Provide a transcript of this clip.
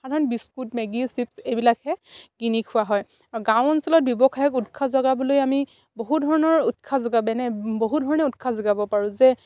সাধাৰণ biscuit Maggi chips এইবিলাকে কিনি খোৱা হয় আৰু গাঁও অঞ্চলত ব্যৱসায়ক উৎসাহ যোগাবলৈ আমি বহু ধৰণৰ উৎসাহ যোগাওঁ যেনে বহু ধৰণে উৎসাহ যোগাব পাৰোঁ যে